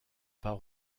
pas